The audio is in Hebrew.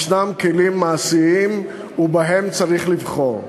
ישנם כלים מעשיים, ובהם צריך לבחור.